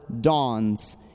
dawns